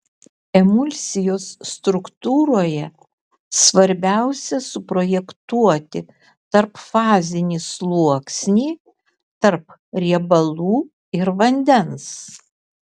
emulsijos struktūroje svarbiausia suprojektuoti tarpfazinį sluoksnį tarp riebalų ir vandens